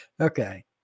okay